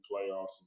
playoffs